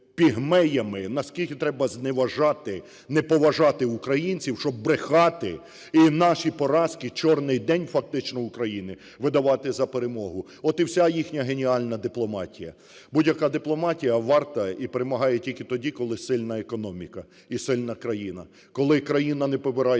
пігмеями, наскільки треба зневажати, не поважати українців, щоб брехати і наші поразки, чорний день фактично України, видавати за перемогу. От і вся їхня геніальна дипломатія. Будь-яка дипломатія варта і перемагає тільки тоді, коли сильна економіка і сильна країна, коли країна не побирається